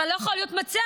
אבל לא יכול להיות מצב